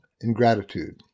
ingratitude